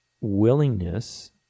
willingness